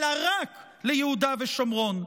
אלא רק ליהודה ושומרון.